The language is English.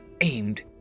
aimed